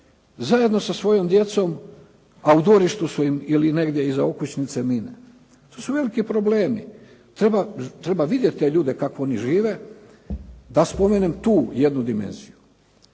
zajedno sa svojom djecom, a u dvorištu su im ili negdje iza okućnice mine. To su veliki problemi. Treba vidjet te ljude kako oni žive. Da spomenem tu jednu dimenziju,